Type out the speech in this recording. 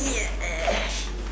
yeah